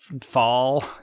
fall